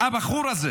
הוא שהבחור הזה